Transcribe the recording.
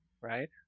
right